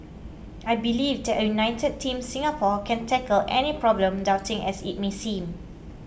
I believe that a united Team Singapore can tackle any problem daunting as it may seem